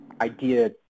idea